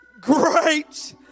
great